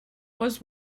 was